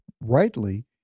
rightly